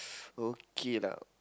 okay lah